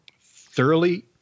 thoroughly